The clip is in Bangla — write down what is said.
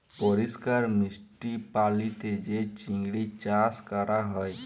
পরিষ্কার মিষ্টি পালিতে যে চিংড়ি চাস ক্যরা হ্যয়